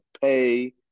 pay